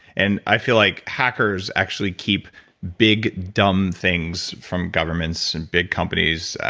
and i feel like hackers actually keep big dumb things from governments and big companies,